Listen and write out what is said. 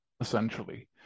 essentially